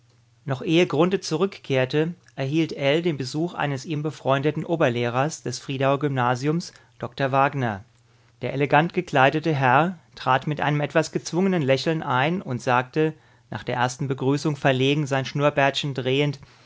noch ehe grunthe zurückkehrte erhielt ell den besuch eines ihm befreundeten oberlehrers des friedauer gymnasiums dr wagner der elegant gekleidete herr trat mit einem etwas gezwungenen lächeln ein und sagte nach der ersten begrüßung verlegen sein schnurrbärtchen drehend